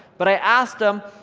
but i ask them,